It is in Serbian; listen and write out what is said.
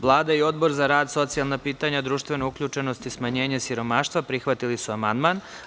Vlada i Odbor za rad, socijalna pitanja, društvenu uključenost i smanjenje siromaštva prihvatili su amandman.